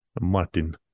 Martin